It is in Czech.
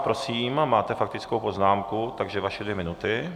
Prosím, máte faktickou poznámku, takže vaše dvě minuty.